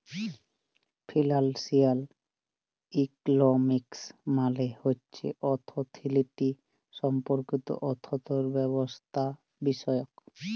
financial economics মালে হছে অথ্থলিতি সম্পর্কিত অথ্থব্যবস্থাবিষয়ক